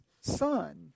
son